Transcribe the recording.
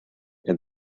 and